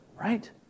Right